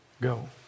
go